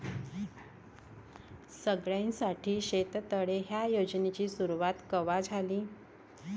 सगळ्याइसाठी शेततळे ह्या योजनेची सुरुवात कवा झाली?